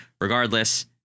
regardless